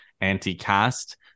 anti-caste